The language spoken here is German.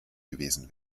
gewesen